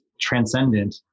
transcendent